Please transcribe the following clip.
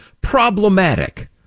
problematic